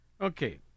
Okay